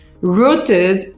rooted